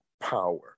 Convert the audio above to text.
power